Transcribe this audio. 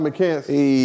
McKenzie